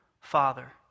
Father